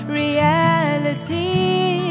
reality